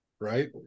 right